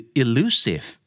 elusive